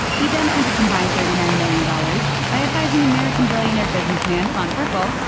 he then earned a combined thirty nine million dollars by advising american billionaire businessman, ron burkle,